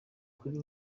kuri